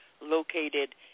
located